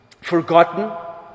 Forgotten